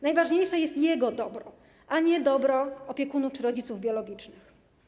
Najważniejsze jest jego dobro, a nie dobro opiekunów czy rodziców biologicznych.